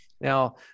now